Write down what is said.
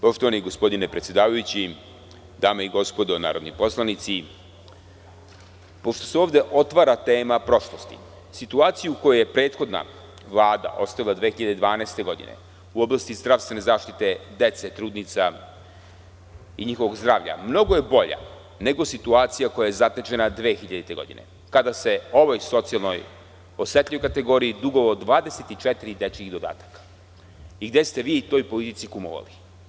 Poštovani gospodine predsedavajući, dame i gospodo narodni poslanici, pošto se ovde otvara tema prošlosti, situacija koju je prethodna Vlada ostavila 2012. godine u oblasti zdravstvene zaštite dece, trudnica i njihovog zdravlja mnogo je bolja nego situacija koja je zatečena 2000. godine, kada se ovoj socijalno osetljivoj kategoriji dugovalo 24 dečijih dodataka i gde ste vi toj politici kumovali.